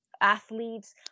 athletes